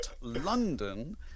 London